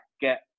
get